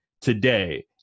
Today